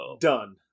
done